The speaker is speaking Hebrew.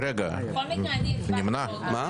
רגע, נמנע.